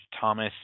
Thomas